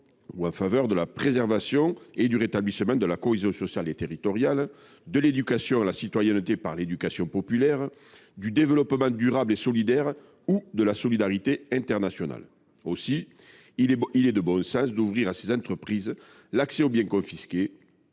en faveur de la préservation et du rétablissement de la cohésion sociale et territoriale, de l’éducation à la citoyenneté par l’éducation populaire, du développement durable et solidaire ou de la solidarité internationale. Il paraît donc de bon sens d’ouvrir à ces entreprises l’accès aux biens confisqués.